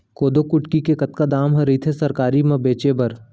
कोदो कुटकी के कतका दाम ह रइथे सरकारी म बेचे बर?